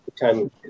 time